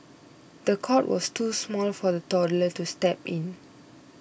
the cot was too small for the toddler to sleep in